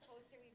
poster